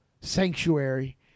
sanctuary